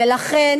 ולכן